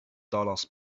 dollars